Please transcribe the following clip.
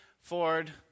Ford